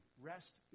rest